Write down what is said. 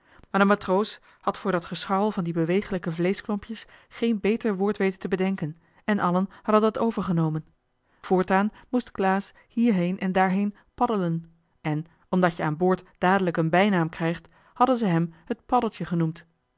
de matroos had voor dat gescharrel van die beweeglijke vleeschklompjes geen beter woord weten te bedenken en allen hadden dat overgenomen voortaan moest klaas hierheen en daarheen paddelen en omdat je aan boord dadelijk een bijnaam krijgt hadden ze hem het paddeltje genoemd